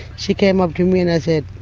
she came up to me and i said,